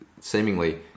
seemingly